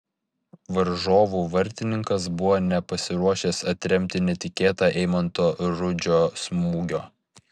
varžovų vartininkas buvo nepasiruošęs atremti netikėtą eimanto rudžio smūgio